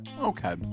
Okay